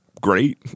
great